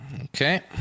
okay